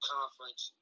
conference